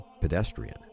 pedestrian